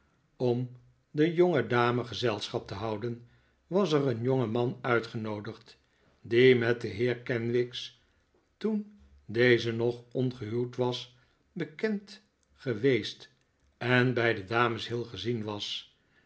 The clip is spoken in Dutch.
om de jongedame gezelschap te houden was er een jongeman uitgenoodigd die met dea heer kenwigs toen deze nog ongehuwd was bekend geweest en bij de dames heel gezien was